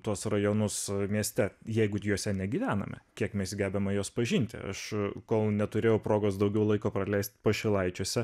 tuos rajonus mieste jeigu juose negyvename kiek mes gebame juos pažinti aš kol neturėjau progos daugiau laiko praleist pašilaičiuose